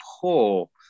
poor